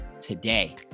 today